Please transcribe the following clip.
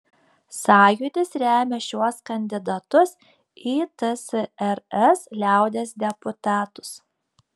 sąjūdis remia šiuos kandidatus į tsrs liaudies deputatus